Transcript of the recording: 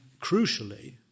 crucially